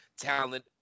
talent